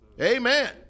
Amen